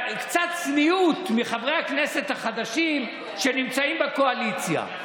קצת צניעות מצד חברי הכנסת החדשים שנמצאים בקואליציה.